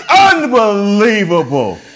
Unbelievable